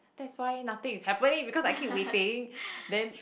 that's why nothing is happening because I keep waiting then